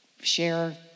share